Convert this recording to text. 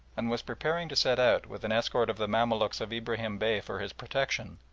and was preparing to set out, with an escort of the mamaluks of ibrahim bey for his protection,